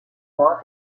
moins